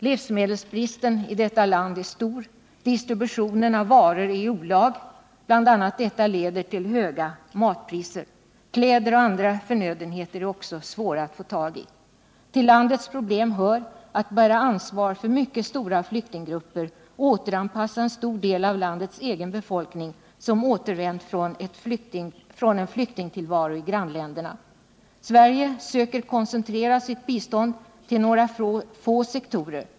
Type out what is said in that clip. Livsmedelsbristen i detta land är stor. Distributionen av varor är i olag. Bl. a. detta leder till höga matpriser. Kläder och andra förnödenheter är också svåra att få tag i. Till landets problem hör att bära ansvar för mycket stora flyktinggrupper och återanpassa en stor del av landets egen befolkning, som återvänt från en flyktingtillvaro i grannländerna. Sverige söker koncentrera sitt bistånd till några få sektorer.